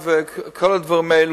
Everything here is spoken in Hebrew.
כל הדברים האלה